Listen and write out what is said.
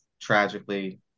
tragically